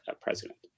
president